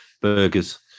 burgers